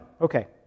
Okay